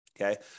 Okay